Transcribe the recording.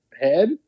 head